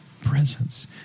Presence